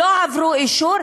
לא עברו אישור,